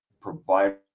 provider